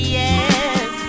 yes